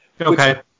okay